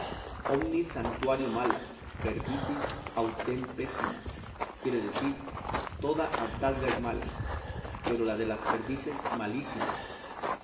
omnis saturatio mala perdices autem pessima quiere decir toda hartazga es mala pero la de las perdices malísima